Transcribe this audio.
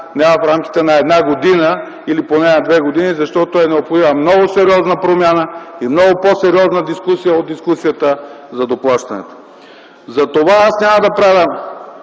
не в рамките на една или две години, защото е необходима много сериозна промяна и много по-сериозна дискусия от дискусията за доплащането. Аз затова няма да правя